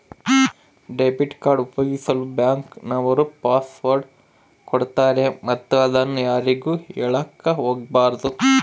debit card ಉಪಯೋಗಿಸಲು bank ನವರು password ಕೊಡ್ತಾರೆ ಮತ್ತು ಅದನ್ನು ಯಾರಿಗೂ ಹೇಳಕ ಒಗಬಾರದು